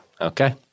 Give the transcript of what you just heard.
Okay